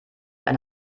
eine